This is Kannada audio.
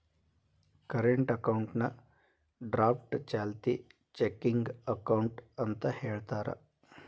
ಕರೆಂಟ್ ಅಕೌಂಟ್ನಾ ಡ್ರಾಫ್ಟ್ ಚಾಲ್ತಿ ಚೆಕಿಂಗ್ ಅಕೌಂಟ್ ಅಂತ ಹೇಳ್ತಾರ